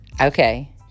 Okay